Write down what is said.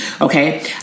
okay